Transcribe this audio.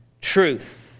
truth